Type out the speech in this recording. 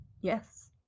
Yes